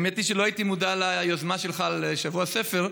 האמת היא שלא הייתי מודע ליוזמה שלך לשבוע הספר.